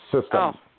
system